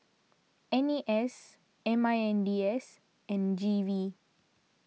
N A S M I N D S and G V